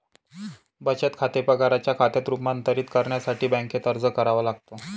बचत खाते पगाराच्या खात्यात रूपांतरित करण्यासाठी बँकेत अर्ज करावा लागतो